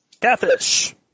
Catfish